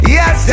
Yes